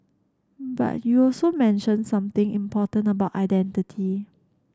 but you also mentioned something important about identity